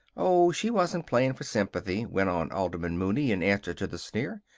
oh, she wasn't playing for sympathy, went on alderman mooney in answer to the sneer.